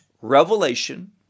revelation